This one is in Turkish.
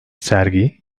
sergi